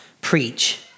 preach